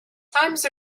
times